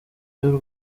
y’u